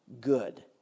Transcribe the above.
good